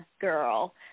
girl